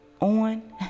on